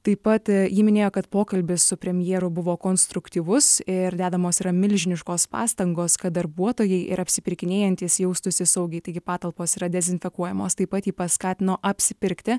taip pat ji minėjo kad pokalbis su premjeru buvo konstruktyvus ir dedamos yra milžiniškos pastangos kad darbuotojai ir apsipirkinėjantys jaustųsi saugiai taigi patalpos yra dezinfekuojamos taip pat ji paskatino apsipirkti